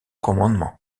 commandement